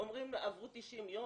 אומרים "עברו 90 יום,